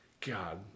God